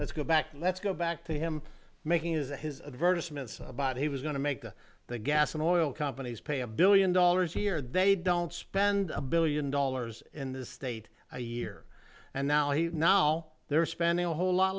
let's go back let's go back to him making is his advertisement about he was going to make the gas and oil companies pay a billion dollars here they don't spend a billion dollars in this state a year and now he now they're spending a whole lot